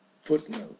Footnote